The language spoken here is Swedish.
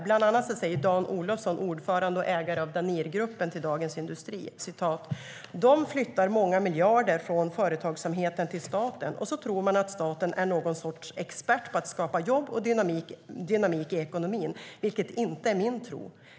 Bland annat säger Dan Olofsson, ordförande i och ägare av Danirgruppen, till Dagens Industri: De flyttar många miljarder från företagsamheten till staten, och så tror man att staten är någon sorts expert på att skapa jobb och dynamik i ekonomin, vilket inte är min tro.